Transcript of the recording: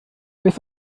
beth